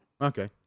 Okay